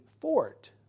fort